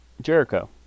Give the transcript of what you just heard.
Jericho